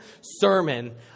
sermon